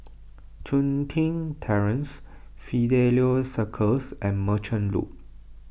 Chun Tin Terrace Fidelio Circus and Merchant Loop